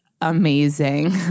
amazing